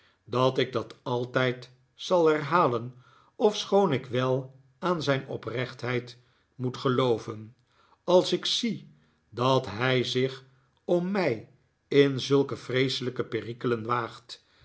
dat ik dat altijd zal herhalen ofschoon ik wel aan zijn oprechtheid moet gelooven als ik zie dat hij zich om mij in zulke vreeselijke perikelen waagt